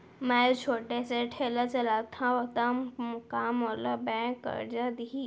मैं छोटे से ठेला चलाथव त का मोला बैंक करजा दिही?